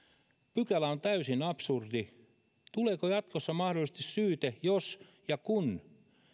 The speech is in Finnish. pykälä on täysin absurdi tuleeko jatkossa mahdollisesti syyte jos ja kun